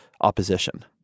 opposition